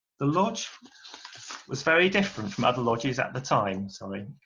the lodge was very different from other lodges at the time. so i mean